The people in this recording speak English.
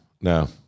No